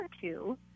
two